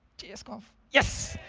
jsconf. yes.